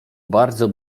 bardzo